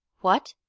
what?